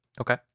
Okay